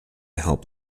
help